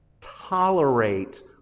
tolerate